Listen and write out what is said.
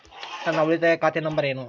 ನನ್ನ ಉಳಿತಾಯ ಖಾತೆ ನಂಬರ್ ಏನು?